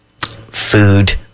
food